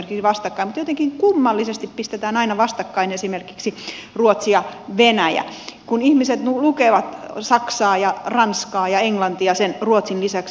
mutta jotenkin kummallisesti pistetään aina vastakkain esimerkiksi ruotsi ja venäjä kun ihmiset lukevat saksaa ja ranskaa ja englantia sen ruotsin lisäksi